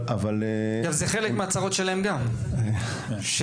אבל משטרת ישראל לא שמה --- אגב זה גם חלק מהצרות שלהם.